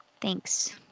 Thanks